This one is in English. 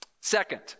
Second